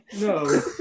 No